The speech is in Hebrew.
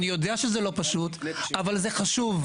אני יודע שזה לא פשוט, אבל זה חשוב.